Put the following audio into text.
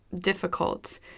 difficult